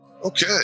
Okay